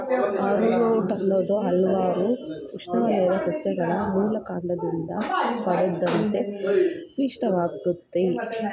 arrowroot ಅನ್ನೋದು ಹಲ್ವಾರು ಉಷ್ಣವಲಯದ ಸಸ್ಯಗಳ ಮೂಲಕಾಂಡದಿಂದ ಪಡೆದಂತ ಪಿಷ್ಟವಾಗಯ್ತೆ